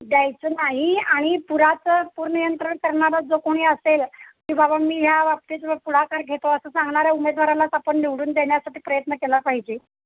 द्यायचं नाही आणि पुराचं पूर नियंत्रण करणारा जो कोणी असेल की बाबा मी ह्या बाबतीत पुढाकर घेतो असं सांगणाऱ्या उमेदवारालाच आपण निवडून देण्यासाठी प्रयत्न केला पाहिजे